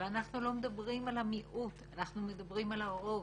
אבל אנחנו לא מדברים על המיעוט אנחנו מדברים על הרוב.